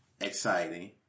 exciting